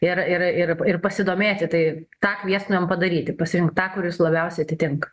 ir ir ir ir pasidomėti tai tą kviestumėm padaryti pasirinkt tą kuris labiausiai atitinka